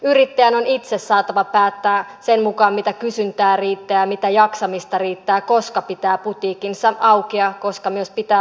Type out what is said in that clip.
yrittäjän on itse saatava päättää sen mukaan mitä kysyntää riittää ja mitä jaksamista riittää koska pitää putiikkinsa auki ja koska pitää putiikkinsa myös kiinni